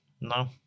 No